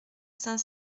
cinq